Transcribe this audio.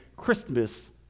Christmas